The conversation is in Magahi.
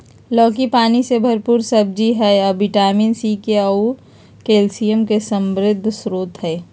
लौकी पानी से भरपूर सब्जी हइ अ विटामिन सी, के आऊ कैल्शियम के समृद्ध स्रोत हइ